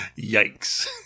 Yikes